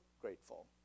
grateful